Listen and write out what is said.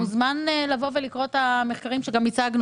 אתה מוזמן לבוא ולקרוא את המחקרים, שגם הצגנו.